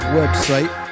website